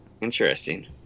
interesting